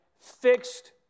fixed